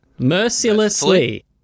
mercilessly